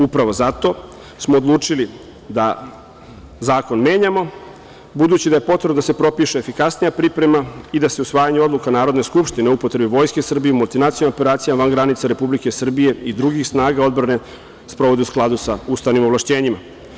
Upravo zato smo odlučili da zakon menjamo, budući da je potrebno da se propiše efikasnija priprema i da se usvajanjem odluke Narodne skupštine o upotrebi Vojske Srbije u multinacionalnim operacijama van granica Republike Srbije i drugih snaga odbrane, sprovode u skladu sa ustavnim ovlašćenjima.